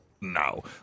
no